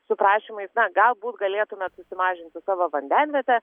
su prašymais na galbūt galėtumėt susimažinti savo vandenvietę